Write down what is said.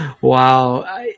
Wow